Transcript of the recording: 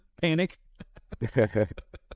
Panic